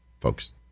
folks